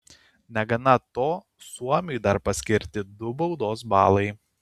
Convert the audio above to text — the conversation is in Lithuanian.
negana to suomiui dar paskirti du baudos balai